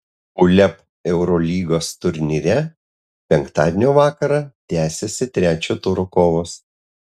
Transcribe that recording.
uleb eurolygos turnyre penktadienio vakarą tęsiasi trečio turo kovos